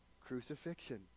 crucifixion